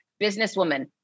businesswoman